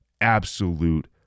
absolute